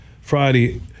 Friday